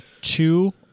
two